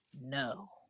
no